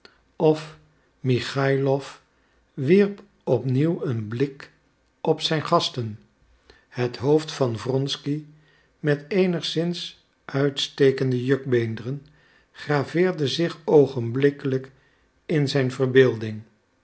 of michaïlof wierp op nieuw een blik op zijn gasten het hoofd van wronsky met eenigszins uitstekende jukbeenderen graveerde zich oogenblikkelijk in zijn verbeelding